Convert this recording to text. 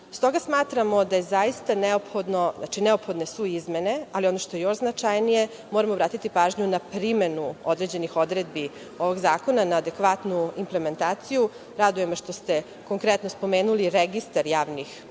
S toga smatramo da je zaista neophodno, neophodne su izmene, ali ono što je još značajnije moramo vratiti pažnju na primenu određenih odredbi ovog zakona na adekvatnu implementaciju. Raduje me što ste konkretno spomenuli registar javnih